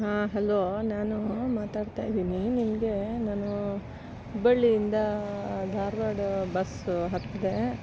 ಹಾಂ ಹಲೋ ನಾನು ಮಾತಾಡ್ತಾಯಿದ್ದೀನಿ ನಿಮಗೆ ನಾನು ಹುಬ್ಬಳ್ಳಿಯಿಂದ ಧಾರವಾಡ ಬಸ್ಸ ಹತ್ತಿದ್ದೇ